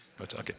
Okay